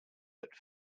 that